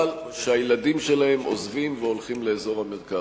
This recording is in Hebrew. אבל שהילדים שלהם עוזבים והולכים לאזור המרכז.